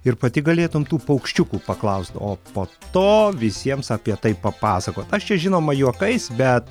ir pati galėtum tų paukščiukų paklaust o po to visiems apie tai papasakot aš čia žinoma juokais bet